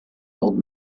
old